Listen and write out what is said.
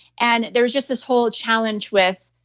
and there's just this whole challenge with,